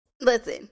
Listen